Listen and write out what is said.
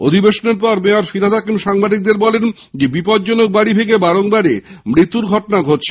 অধিবেশনের পর মেয়র ফিরহাদ হাকিম সাংবাদিকদের বলেন বিপজ্জনক বাড়ি ভেঙে বারবারই মৃত্যুর ঘটনা ঘটছে